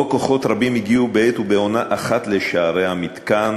שבו כוחות רבים הגיעו בעת ובעונה אחת לשערי המתקן.